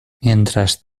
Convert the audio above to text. mientras